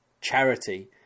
charity